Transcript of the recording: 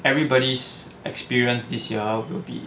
everybody's experience this year will be